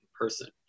person